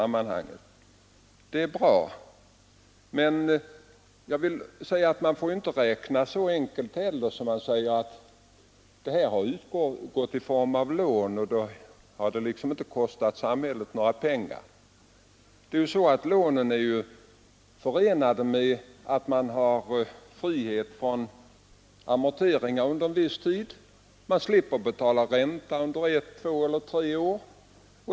Men man får inte räkna så enkelt heller att man säger att det som har utgått i form av lån liksom inte har kostat samhället några pengar. Lånen är ju förenade med frihet från amorteringar under en viss tid, och låntagaren slipper betala ränta under ett, två eller tre år.